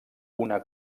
una